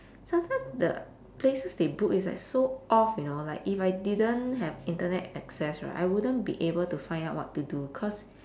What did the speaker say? sometimes the places they book is like so off you know like if I didn't have internet access right I wouldn't be able to find out what to do cause